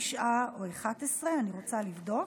תשעה או 11, אני רוצה לבדוק,